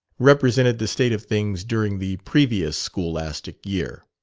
represented the state of things during the previous scholastic year.